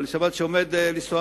שמעתי שהוא עומד לנסוע.